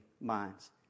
minds